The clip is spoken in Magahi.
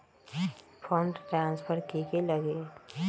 फंड ट्रांसफर कि की लगी?